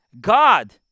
God